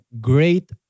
great